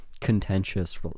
contentious